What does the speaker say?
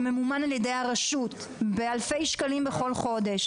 שממומן על ידי הרשות באלפי שקלים בכל חודש,